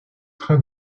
trains